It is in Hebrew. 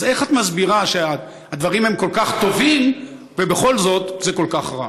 אז איך את מסבירה שהדברים הם כל כך טובים ובכל זאת זה כל כך רע?